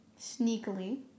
sneakily